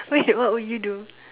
wait what would you do